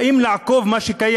באים לעקוף את מה שקיים.